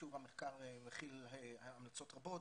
שוב, המחקר מכיל המלצות רבות.